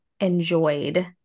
enjoyed